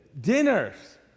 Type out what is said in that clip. dinners